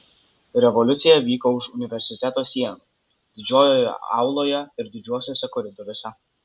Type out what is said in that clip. revoliucija vyko už universiteto sienų didžiojoje auloje ir didžiuosiuose koridoriuose